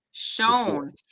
shown